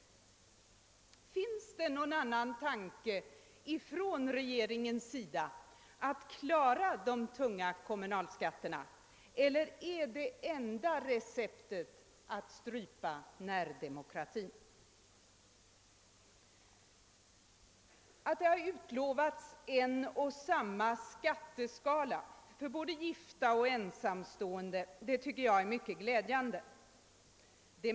Har regeringen någon annan tanke att klara de tunga kommunalskatterna, eller är det enda receptet att strypa närdemokratin? Att det har utlovats en och samma skatteskala för både gifta och ensamstående tycker jag är mycket glädjande.